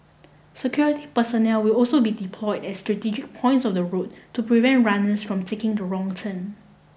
security personnel will also be deployed at strategic points of the route to prevent runners from taking the wrong turn